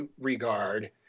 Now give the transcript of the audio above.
regard